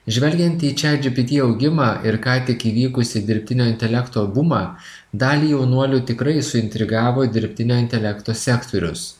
žvelgiant į chatgpt augimą ir ką tik įvykusį dirbtinio intelekto bumą dalį jaunuolių tikrai suintrigavo dirbtinio intelekto sektorius